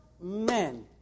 men